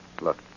Look